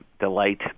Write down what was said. delight